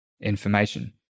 information